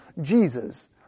Jesus